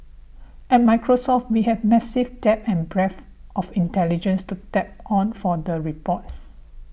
at Microsoft we have massive depth and breadth of intelligence to tap on for the report